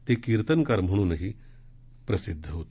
ते कीर्तनकार म्हणूनही प्रसिद्ध होते